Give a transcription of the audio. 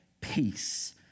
peace